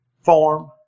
form